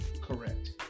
Correct